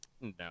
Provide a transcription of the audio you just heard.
No